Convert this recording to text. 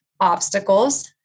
obstacles